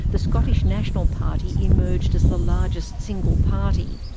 the scottish national party emerged as the largest single party.